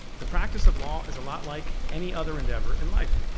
the practice of law is a lot like any other endeavor in life.